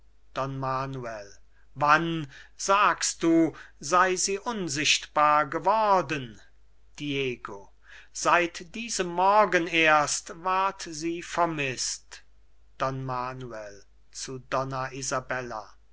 manuel wann sagst du sei sie unsichtbar geworden diego seit diesem morgen erst ward sie vermißt don manuel zu